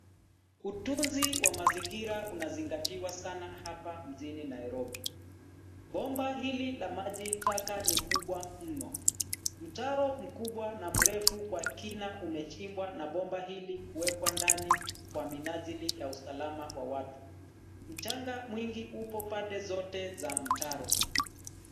Utunzi wa mazingira unazingatiwa sana hapa mjini Nairobi. Bomba hili la maji taka ni kubwa mno. Mtaro mkubwa na mrefu kwa kina umechimbwa na bomba hili kuwekwa ndani kwa minajili ya usalama wa watu. Mchanga mwingi upo pande zote za mtaro.